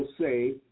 say